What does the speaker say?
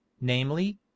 namely